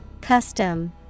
Custom